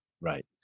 Right